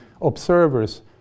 observers